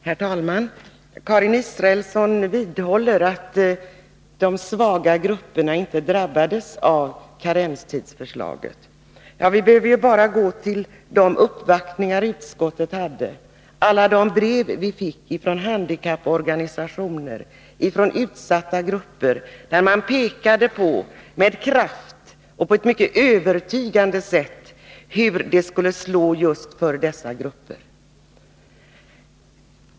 Herr talman! Karin Israelsson vidhåller att de svaga grupperna inte drabbades av karenstidsförslaget. Vi behöver bara gå till de uppvaktningar som gjordes hos utskottet, alla de brev vi fick från handikapporganisationer och från utsatta grupper, där man med kraft och på ett mycket övertygande sätt pekade på hur förslaget skulle slå för dessa grupper.